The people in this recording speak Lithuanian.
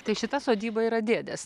tai šita sodyba yra dėdės